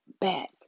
back